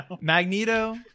Magneto